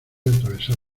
atravesar